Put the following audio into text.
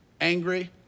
angry